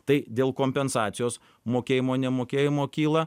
tai dėl kompensacijos mokėjimo nemokėjimo kyla